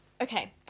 Okay